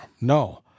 No